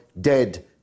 dead